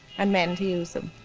and men to use them.